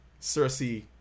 Cersei